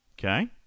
okay